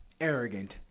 arrogant